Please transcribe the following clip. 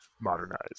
modernized